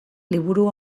liburu